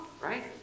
right